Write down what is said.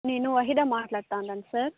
నేను వహీరా మాట్లాడుతున్నాను సార్